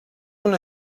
una